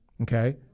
okay